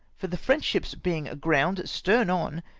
for the french ships being aground, stern on,